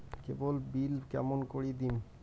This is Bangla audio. কেবল বিল কেমন করি দিম?